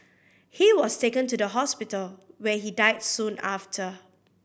he was taken to the hospital where he died soon after